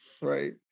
Right